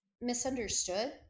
misunderstood